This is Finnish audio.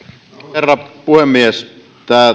herra puhemies tämä